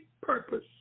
purpose